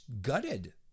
gutted